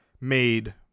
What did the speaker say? made